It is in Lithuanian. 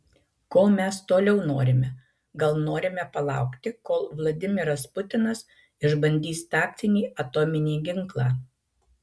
ko mes toliau norime gal norime palaukti kol vladimiras putinas išbandys taktinį atominį ginklą